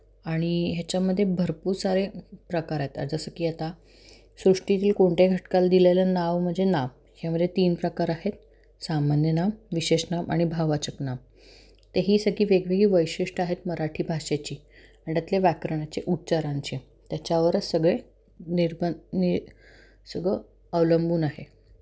आणि ह्याच्यामध्ये भरपूर सारे प्रकार येतात जसं की आता सृष्टीतील कोणत्या घटकाला दिलेलं नाव म्हणजे नाम ह्यामध्ये तीन प्रकार आहेत सामान्य नाम विशेष नाम आणि भाववाचक नाम ते ही सगळी वेगवेगळी वैशिष्ट्ये आहेत मराठी भाषेची अन् त्यातल्या व्याकरणाचे उच्चारांचे त्याच्यावरच सगळे निर्बन नी सगळं अवलंबून आहे